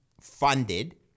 funded